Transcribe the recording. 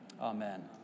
amen